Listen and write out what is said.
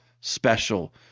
special